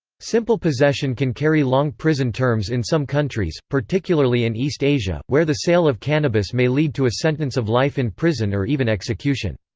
simple possession can carry long prison terms in some countries, particularly in east asia, where the sale of cannabis may lead to a sentence of life in prison or even execution.